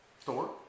Thor